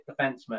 defenseman